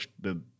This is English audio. the-